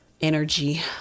energy